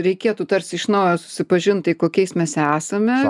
reikėtų tarsi iš naujo susipažint tai kokiais mes esame